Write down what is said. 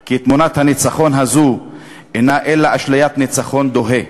כי תמונת הניצחון הזאת אינה אלא אשליית ניצחון דוהה,